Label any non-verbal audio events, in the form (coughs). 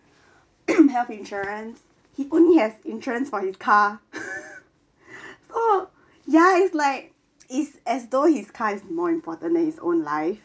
(coughs) health insurance he only have insurance for his car (laughs) oh ya is like is as though his car is more important than his own life